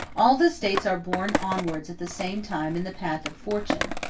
all the states are borne onwards at the same time in the path of fortune,